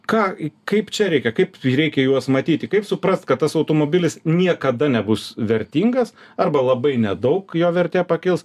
ką kaip čia reikia kaip tai reikia juos matyti kaip suprast kad tas automobilis niekada nebus vertingas arba labai nedaug jo vertė pakils